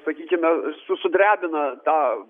sakykime su sudrebina tą